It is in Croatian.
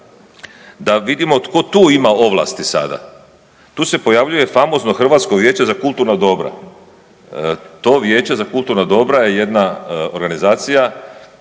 da vidimo tko tu ima ovlasti sada. Tu se pojavljuje famozno Hrvatsko vijeće za kulturna dobra. To Vijeće za kulturna dobra je jedna organizacija